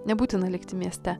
nebūtina likti mieste